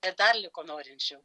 ir dar liko norinčių